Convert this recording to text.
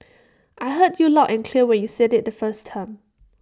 I heard you loud and clear when you said IT the first time